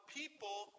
people